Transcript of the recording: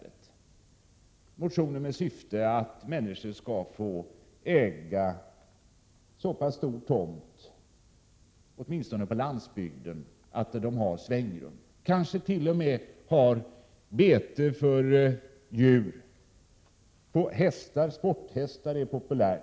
Dessa motioner syftade till att möjliggöra att människor, åtminstone på landsbygden, får äga så pass stor tomt att de har det svängrum som de anser sig behöva. Dessa människor har kanske behov av betesmark för djur — sporthästar är ju populära.